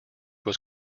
was